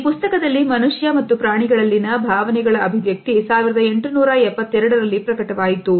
ಈ ಪುಸ್ತಕದಲ್ಲಿ ಮನುಷ್ಯ ಮತ್ತು ಪ್ರಾಣಿಗಳಲ್ಲಿನ ಭಾವನೆಗಳ ಅಭಿವ್ಯಕ್ತಿ 1872 ರಲ್ಲಿ ಪ್ರಕಟವಾಯಿತು